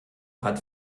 hat